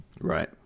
Right